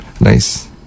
nice